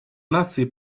наций